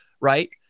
right